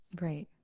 Right